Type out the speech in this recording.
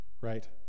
Right